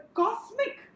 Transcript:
cosmic